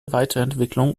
weiterentwicklung